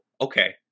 Okay